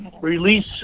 release